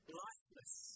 lifeless